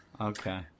Okay